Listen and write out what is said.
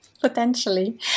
potentially